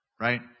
Right